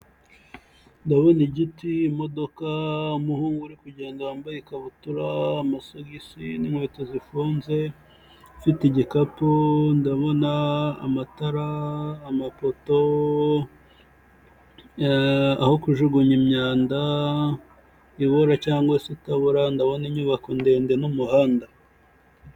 Ndabona igiti, imodoka, umuhungu uri kugenda wambaye ikabutura, amasogisi n'inkweto zifunze, ufite igikapu. Ndabona amatara, amapoto, aho kujugunya imyanda ibora cyangwa se itabobura, ndabona inyubako ndende n'umuhanda.